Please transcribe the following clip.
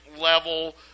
level